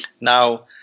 Now